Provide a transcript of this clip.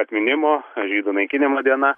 atminimo žydų naikinimo diena